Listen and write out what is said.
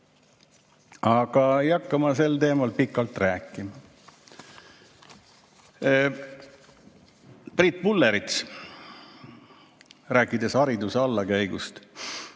Aga ei hakka ma sel teemal pikalt rääkima. Priit Pullerits, rääkides hariduse allakäigust,